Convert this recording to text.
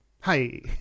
Hi